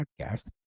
Podcast